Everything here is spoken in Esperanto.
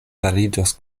fariĝos